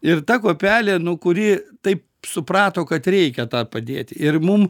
ir ta kuopelė nu kuri taip suprato kad reikia tą padėti ir mum